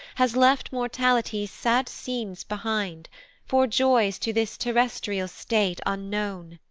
has left mortality's sad scenes behind for joys to this terrestial state unknown,